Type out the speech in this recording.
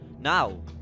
Now